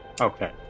Okay